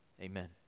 amen